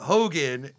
Hogan